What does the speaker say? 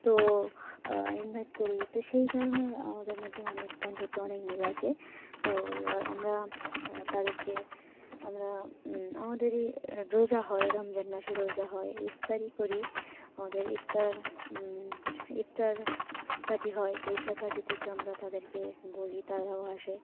তো ইনভাইট করি তো সেই কারণে আমাদের মধ্যে অনেক বন্ধুত্ব অনেক মিল আছে তো এবার আমরা তাদেরকে আমরা আমাদেরই রোজা হয় রমজান মাসে রোজা হয় ইফতারই করি আমাদের ইফতার ইফতার পার্টি হয় তো ইফতার পার্টি থেকে আমরা তাদেরকে বলি তারাও আসে